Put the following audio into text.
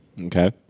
Okay